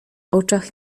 oczach